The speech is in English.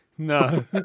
No